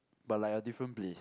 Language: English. but like a different place